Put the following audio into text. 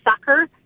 sucker